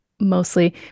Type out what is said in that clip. mostly